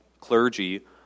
clergy